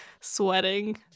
sweating